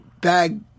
bag